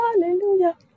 Hallelujah